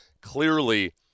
Clearly